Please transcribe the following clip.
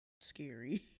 scary